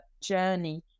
journey